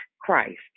Christ